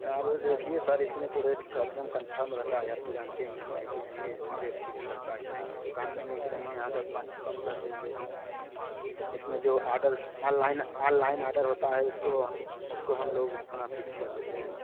और वो देखिए सर इसमें तो रेट एकदम कन्फर्म रहता है आप तो जानते ही हैं कि नहीं इसमें रेट फिक्स रहता है इसमें दुकान नहीं है कि नहीं यहाँ दस पाँच कम कर देंगे इसमें जो ऑर्डर आनलाइन आनलाइन ऑर्डर होता है उसको उसको हम लोग अपना फिक्स कर देते हैं